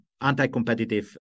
anti-competitive